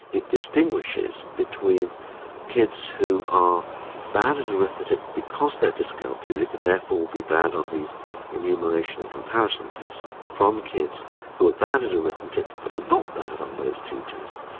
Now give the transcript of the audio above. it distinguishes between kids who are bad at arithmetic because they're dyscalculic and therefore would be bad on these innumeration and comparisons tests from kids who are bad at arithmetic but are not bad on those two tests.